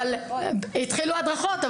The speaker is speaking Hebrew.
התחילו הדרכות,